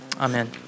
Amen